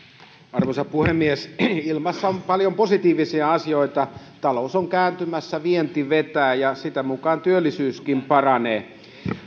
arvoisa puhemies ilmassa on paljon positiivisia asioita talous on kääntymässä vienti vetää ja sitä mukaa työllisyyskin paranee mutta